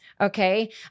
Okay